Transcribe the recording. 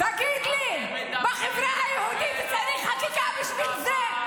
תגיד לי, בחברה היהודית צריך חקיקה בשביל זה?